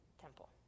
temple